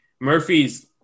Murphy's